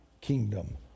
kingdom